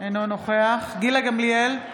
אינו נוכח גילה גמליאל,